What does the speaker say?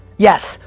yes.